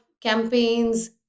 campaigns